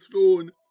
throne